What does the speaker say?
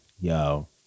yo